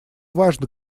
важно